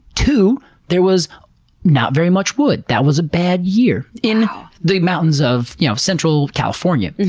two there was not very much wood, that was a bad year in the mountains of you know central california.